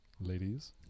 Ladies